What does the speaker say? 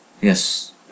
yes